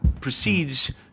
proceeds